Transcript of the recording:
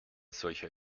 solcher